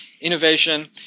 innovation